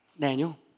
Daniel